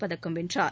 பதக்கம் வென்றார்